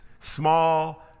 small